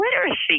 literacy